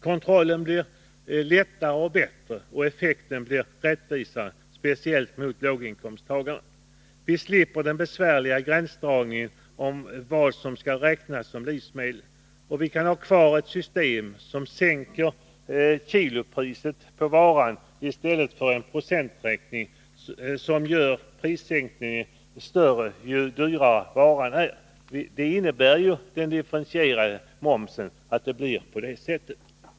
Kontrollen blir lättare och bättre, och effekten blir rättvisare, speciellt mot låginkomsttagarna. Vi slipper den besvärliga gränsdragningen av vad som skall räknas som livsmedel, och vi har kvar ett system som sänker kilopriset på varan i stället för en procenträkning, som ger större prissänkning ju dyrare varan är. Det är vad den differentierade momsen innebär.